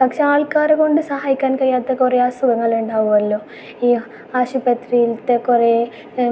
പക്ഷേ ആൾക്കാരെ കൊണ്ട് സഹായിക്കാൻ കഴിയാത്ത കുറേ അസുഖങ്ങൾ ഉണ്ടാവുമല്ലോ ഈ ആശുപത്രിയിലത്തെ കുറേ